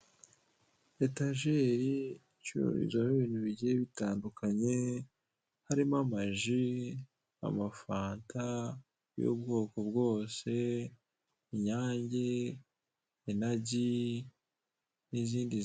Ahatangirwa ibyo kurya n'ibyo kunywa, hari abantu benshi, ibiti, amabati asa icyatsi, n'abari kwakirwa.